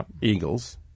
Eagles